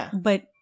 But-